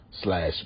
slash